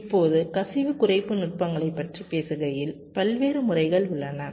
இப்போது கசிவு குறைப்பு நுட்பங்களைப் பற்றி பேசுகையில் பல்வேறு முறைகள் உள்ளன